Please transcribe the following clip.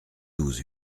douze